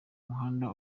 muhanda